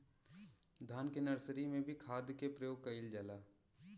धान के नर्सरी में भी खाद के प्रयोग कइल जाला?